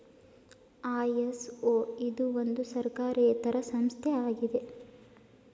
ISO ಇದು ಒಂದು ಸರ್ಕಾರೇತರ ಸಂಸ್ಥೆ ಆಗಿದೆ